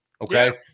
Okay